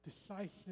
decisive